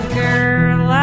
girl